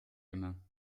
immer